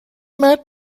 مرد